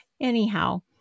Anyhow